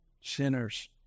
sinners